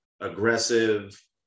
aggressive